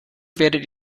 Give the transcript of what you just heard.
werdet